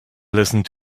listened